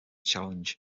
challenge